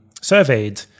surveyed